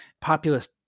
populist